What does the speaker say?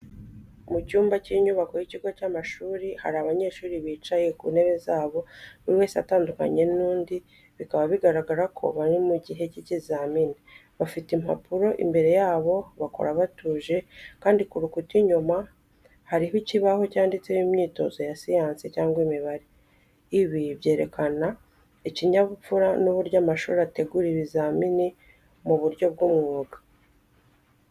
Mu cyumba cy’inyubako y’ikigo cy’amashuri hari abanyeshuri bicaye ku ntebe zabo, buri wese atandukanye n’undi, bikaba bigaragaza ko bari mu gihe cy'ikizamini. Bafite impapuro imbere yabo, bakora batuje, kandi ku rukuta inyuma hariho ikibaho cyanditseho imyitozo ya siyansi cyangwa imibare. Ibi byerekana ikinyabupfura n’uburyo amashuri ategura ibizamini mu buryo bw’umwuga.